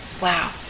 Wow